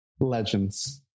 legends